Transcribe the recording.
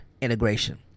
integration